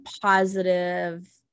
positive